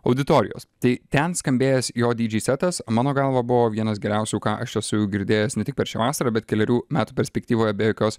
auditorijos tai ten skambėjęs jo dydžėj setas mano galva buvo vienas geriausių ką aš esu jau girdėjęs ne tik per šią vasarą bet kelerių metų perspektyvoje be jokios